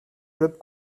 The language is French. clubs